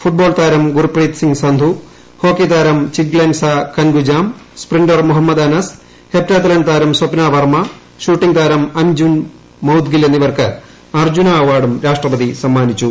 football താരം Gurpreet Singh Sandhu hockey താരം Chinglensana Kangujam sprinter Muhammad Anas heptathlon താരം സ്വപ്നാ വർമ്മ ഷൂട്ടിംഗ് താരം അഞ്ജും മൌദ്ഗിൽ എന്നിവർക്ക് അർജ്ജുനാ അവാർഡും രാഷ്ട്രപതി സമ്മാനിച്ചു